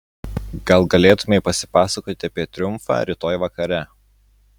gal galėtumei pasipasakoti apie triumfą rytoj vakare